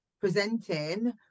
presenting